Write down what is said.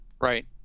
Right